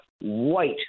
white